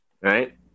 Right